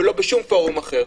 ולא בשום פורום אחר.